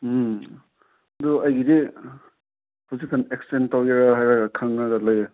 ꯎꯝ ꯑꯗꯨ ꯑꯩꯒꯤꯗꯤ ꯍꯧꯖꯤꯛꯀꯥꯟ ꯑꯦꯛꯁꯇꯦꯟ ꯇꯧꯒꯦꯔ ꯍꯥꯏꯔꯒ ꯈꯜꯂꯒ ꯂꯩꯑꯦ